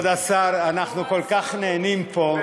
כבוד השר, אנחנו כל כך נהנים פה.